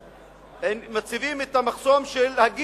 שכאשר מציבים את המחסום של הפסיכומטרי,